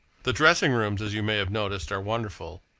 the dressing rooms, as you may have noticed, are wonderful,